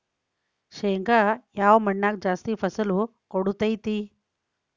ಶೇಂಗಾ ಯಾವ ಮಣ್ಣಾಗ ಜಾಸ್ತಿ ಫಸಲು ಕೊಡುತೈತಿ?